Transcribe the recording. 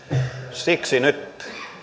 siksi nyt